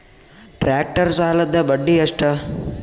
Tractor ಸಾಲದ್ದ ಬಡ್ಡಿ ಎಷ್ಟ?